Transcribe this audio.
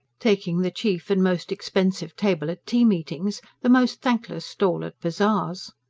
taking the chief and most expensive table at tea-meetings, the most thankless stall at bazaars.